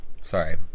Sorry